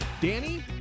Danny